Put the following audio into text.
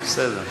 לא אתה